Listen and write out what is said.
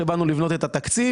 כאשר בנו לבנות את התקציב,